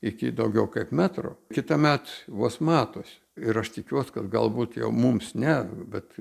iki daugiau kaip metro kitąmet vos matosi ir aš tikiuos kad galbūt jau mums ne bet